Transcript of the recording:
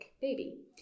baby